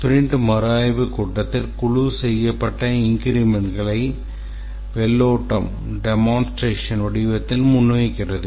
sprint மறுஆய்வுக் கூட்டத்தில் குழு செய்யப்பட்ட இன்கிரிமென்ட்களை வெள்ளோட்டம் வடிவத்தில் முன்வைக்கிறது